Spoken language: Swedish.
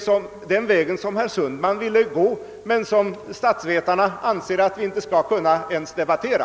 Det är den vägen som herr Sundman ville gå men som statsvetarna anser att vi inte ens skall kunna debattera.